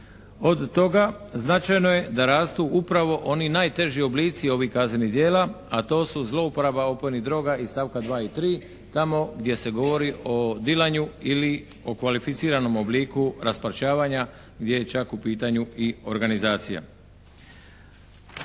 Od toga značajno je da rastu upravo oni najteži oblici ovih kaznenih djela, a to su zlouporaba opojnih droga iz stavka 2. i 3. tamo gdje se govori o dilanju ili o kvalificiranom obliku raspačavanja gdje je čak u pitanju i organizacija.